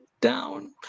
down